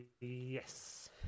yes